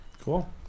Cool